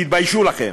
תתביישו לכם.